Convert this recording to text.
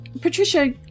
Patricia